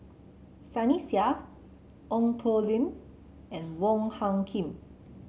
Sunny Sia Ong Poh Lim and Wong Hung Khim